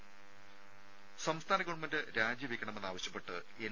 രുഭ സംസ്ഥാന ഗവൺമെന്റ് രാജിവെയ്ക്കണമെന്നാവശ്യപ്പെട്ട് എൻ